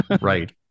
Right